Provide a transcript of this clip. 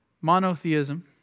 Monotheism